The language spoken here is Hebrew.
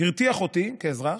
הרתיח אותי כאזרח,